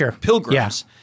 pilgrims